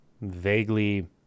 vaguely